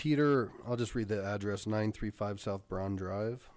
peter i'll just read the address one three five south brown drive